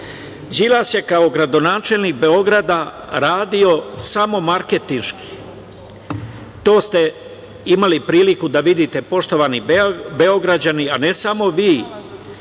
ovome. Đilas je kao gradonačelnik Beograda radio samo marketinški. To ste imali priliku da vidite poštovani Beograđani, a ne samo vi